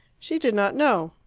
she did not know.